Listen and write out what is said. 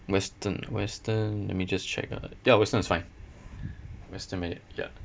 western western let me just check ah ya western is fine western menu ya